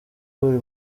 buri